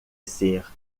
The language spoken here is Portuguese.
ser